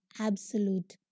absolute